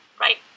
right